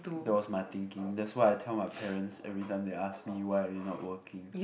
that was my thinking that's why I tell my parents every time they ask me why I did not working